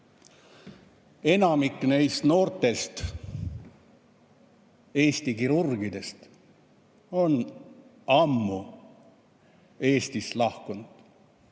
Enamik neist noortest Eesti kirurgidest on ammu Eestist lahkunud.